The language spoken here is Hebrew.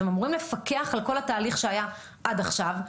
אתם אמורים לפקח על כל התהליך שהיה עד עכשיו,